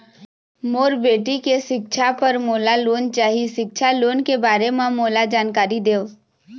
मोर बेटी के सिक्छा पर मोला लोन चाही सिक्छा लोन के बारे म मोला जानकारी देव?